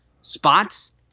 spots